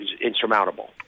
insurmountable